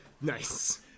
Nice